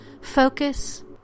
focus